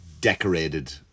decorated